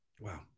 wow